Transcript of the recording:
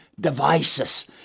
devices